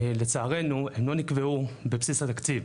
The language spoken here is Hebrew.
לצערנו הם לא נקבעו בבסיס התקציב,